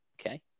okay